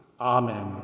amen